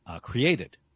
created